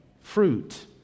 fruit